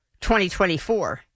2024